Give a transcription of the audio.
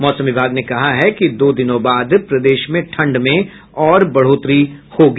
मौसम विभाग ने कहा है कि दो दिनों बाद प्रदेश में ठंड में और बढ़ोतरी होगी